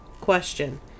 Question